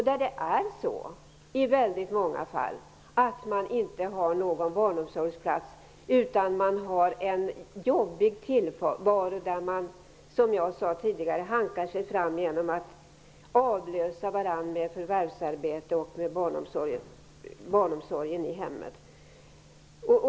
De har i många fall inte någon barnomsorgsplats, utan de har en jobbig tillvaro där de, som jag sade tidigare, hankar sig fram genom att avlösa varandra med förvärvsarbetet och med barnomsorgen i hemmet.